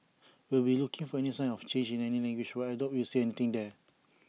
we'll be looking for any signs of change in language but I doubt we'll see anything there